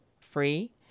free